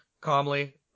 calmly